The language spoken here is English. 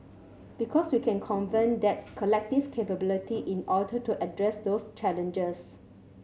because we can convene that collective capability in order to address those challenges